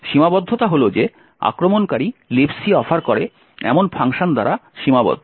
সীমাবদ্ধতা হল যে আক্রমণকারী Libc অফার করে এমন ফাংশন দ্বারা সীমাবদ্ধ